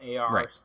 AR